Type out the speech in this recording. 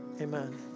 Amen